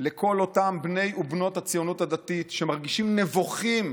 לכל אותם בני ובנות הציונות הדתית שמרגישים נבוכים